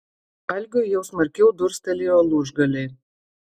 algiui jau smarkiau durstelėjo lūžgaliai